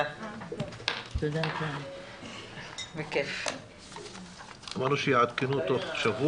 הישיבה ננעלה בשעה 11:45.